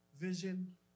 vision